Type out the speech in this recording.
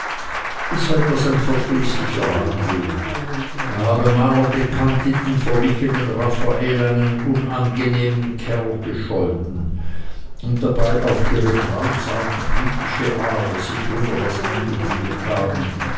es sei das ein verdrießlicher handel er habe maler gekannt die den verwichenen raffael einen unangenehmen kerl gescholten und dabei auf ihre grausam kritische ader sich wunder was eingebildet haben